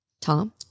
Tom